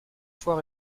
fois